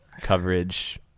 coverage